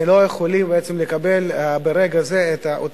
ולא יכולים בעצם לקבל ברגע זה את אותו